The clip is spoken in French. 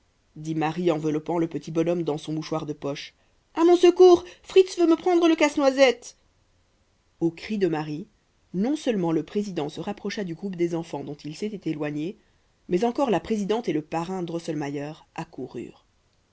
dit marie enveloppant le petit bonhomme dans son mouchoir de poche à mon secours fritz veut me prendre le casse-noisette aux cris de marie non seulement le président se rapprocha du groupe des enfants dont il s'était éloigné mais encore la présidente et le parrain drosselmayer accoururent